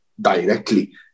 directly